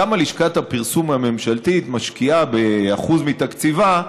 כמה לשכת הפרסום הממשלתית משקיעה, באחוז מתקציבה.